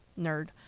nerd